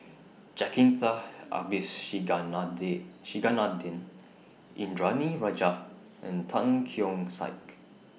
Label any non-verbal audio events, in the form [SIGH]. Jacintha [UNINTELLIGIBLE] Indranee Rajah and Tan Keong Saik